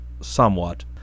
somewhat